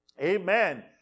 Amen